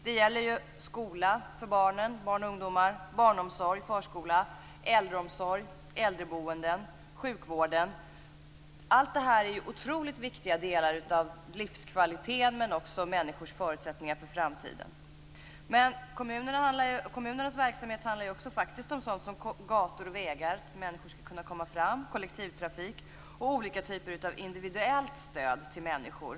Det gäller då skolan för barn och ungdomar, barnomsorgen, förskolan, äldreomsorgen, äldreboendet och sjukvården. Allt det här är otroligt viktiga delar av livskvaliteten liksom människors förutsättningar för framtiden. Kommunernas verksamhet handlar faktiskt också om sådant som gator och vägar. Människor skall kunna komma fram. Vidare gäller det kollektivtrafik och olika typer av individuellt stöd till människor.